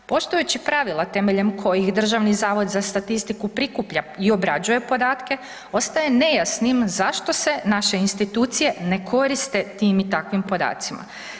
Poštujući pravila temeljem kojih Državni zavod za statistiku prikuplja i obrađuje podatke ostaje nejasnim zašto se naše institucije ne koriste tim i takvim podacima?